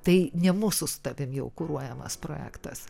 tai ne mūsų su tavim jau kuruojamas projektas